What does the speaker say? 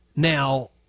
Now